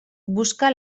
busca